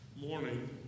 morning